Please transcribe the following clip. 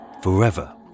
forever